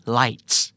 lights